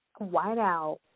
whiteout